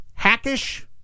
hackish